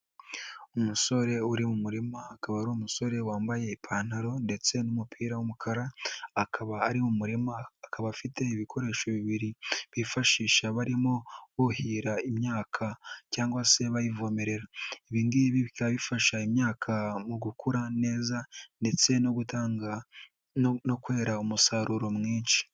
Umusore uri mu murima, akaba ari umusore wambaye ipantaro ndetse n'umupira w'umukara, akaba ari mu murima, akaba afite ibikoresho bibiri bifashisha barimo buhira imyaka cyangwa se bayivomerera, ibi ngibi bikaba bifasha imyaka mu gukura neza ndetse no kwera umusaruro mwinshi.